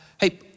Hey